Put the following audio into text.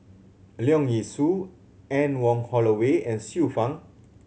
Leong Yee Soo Anne Wong Holloway and Xiu Fang